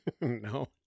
No